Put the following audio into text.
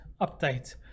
update